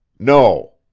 no,